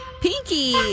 Pinky